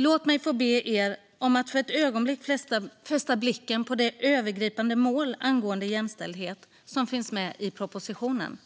Låt mig få be er om att för ett ögonblick fästa blicken på det övergripande mål angående jämställdhet som finns med i propositionen.